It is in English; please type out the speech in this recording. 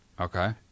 Okay